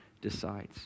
decides